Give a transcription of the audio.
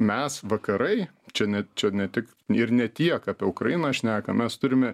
mes vakarai čia ne čia ne tik ir ne tiek apie ukrainą šnekam mes turime